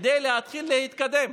כדי להתחיל להתקדם.